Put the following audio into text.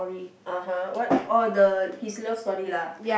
(uh huh) what all the his love story lah